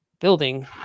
building